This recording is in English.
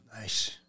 Nice